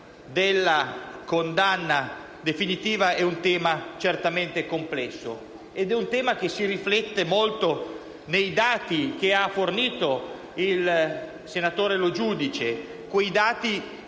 condanna definitiva, è un tema certamente complesso e si riflette molto nei dati che ha fornito il senatore Lo Giudice che